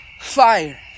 fire